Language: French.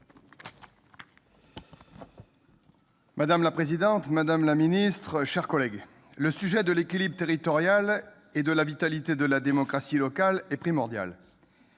Madame la présidente, madame la ministre, mes chers collègues, le sujet de l'équilibre territorial et de la vitalité de la démocratie locale est primordial.